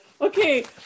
okay